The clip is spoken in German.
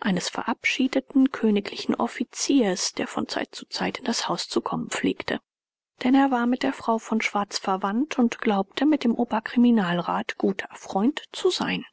eines verabschiedeten königlichen offiziers der von zeit zu zeit in das haus zu kommen pflegte denn er war mit der frau von schwarz verwandt und glaubte mit dem oberkriminalrat guter freund zu sein